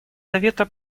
совета